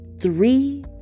three